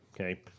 Okay